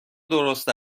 درست